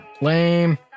Lame